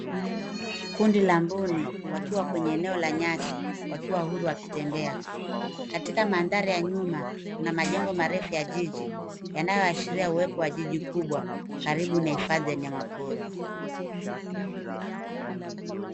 Kundi la mboni wakiwa kwenye eneo la nyasi wakiwa uhuru wakitembea . Katika maandhari ya nyuma kuna majengo marefu ya jiji yanayoashiria uwepo wa jiji kubwa karibu na hifadhi ya wanyama pori.